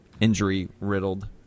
injury-riddled